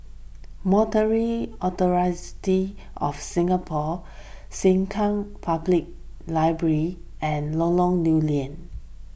Monetary Authority of Singapore Sengkang Public Library and Lorong Lew Lian